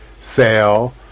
sale